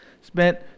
spent